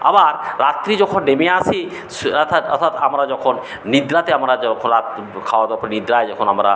আবার রাত্রি যখন নেমে আসে অর্থাৎ অর্থাৎ আমরা যখন নিদ্রাতে আমরা যখন রাত খাওয়া দাওয়ার পর নিদ্রায় যখন আমরা